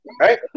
right